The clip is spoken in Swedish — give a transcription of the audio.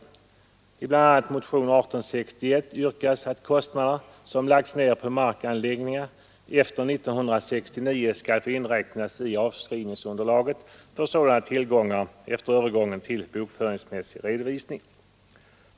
I bl.a. motionen 1861 yrkas att kostnader, som lagts ned på markanläggningar efter 1969, skall få inräknas i avskrivningsunderlaget för sådana tillgångar efter övergången till bokföringsmässig redovisning.